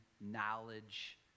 knowledge